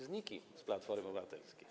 Z nikim z Platformy Obywatelskiej.